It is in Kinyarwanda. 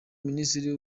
minisitiri